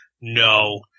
No